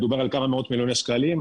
מדובר על כמה מאות מיליוני שקלים,